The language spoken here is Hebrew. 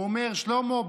הוא אומר: שלמה,